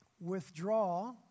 withdraw